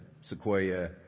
Sequoia